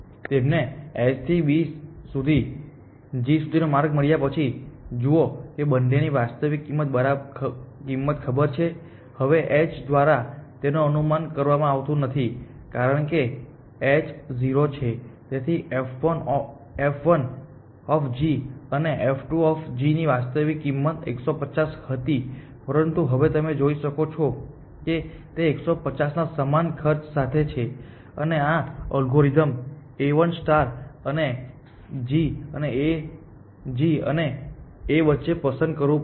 તેમને S થી B થી g સુધીનો માર્ગ મળ્યા પછી જુઓ કે બંને વાસ્તવિક કિંમત ખબર છે હવે h દ્વારા તેનો અનુમાન કરવામાં આવતુ નથી કારણ કે h 0 છે તેથી f1 અને f2 ની વાસ્તવિક કિંમત 150 હતી પરંતુ હવે તમે જોઈ શકો છો કે તે 150 ના સમાન ખર્ચ સાથે છે અને આ અલ્ગોરિધમ A1 એ g અને A વચ્ચે પસંદ કરવું પડશે